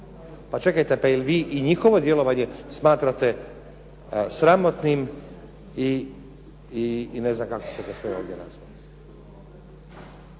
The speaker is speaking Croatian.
Pa čekajte, pa jel vi i njihovo djelovanje smatrate sramotnim i ne znam kako ste ga sve ovdje nazvali?